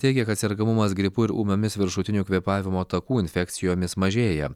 teigia kad sergamumas gripu ir ūmiomis viršutinių kvėpavimo takų infekcijomis mažėja